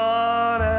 one